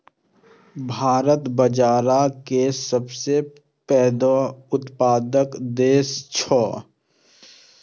भारत बाजारा के सबसं पैघ उत्पादक देश छियै